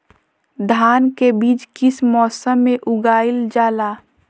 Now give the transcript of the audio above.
धान के बीज किस मौसम में उगाईल जाला?